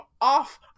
off